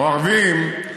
או ערביים.